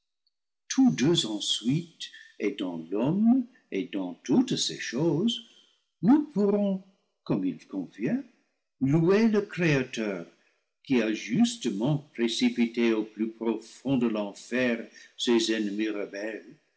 et dans l'homme et dans toutes ces choses nous pourrons comme il convient louer le créateur qui ajustement précipité au plus profond de l'enfer ses ennemis rebelles